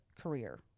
career